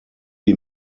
die